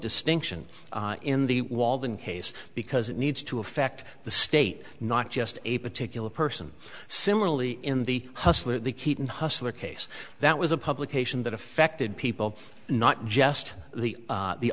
distinction in the walden case because it needs to affect the state not just a particular person similarly in the hustler the keaton hustler case that was a publication that affected people not just the